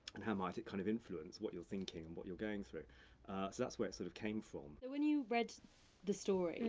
and how might it kind of influence what your thinking, and what you're going through? so that's where it sort of came from. so but when you read the story,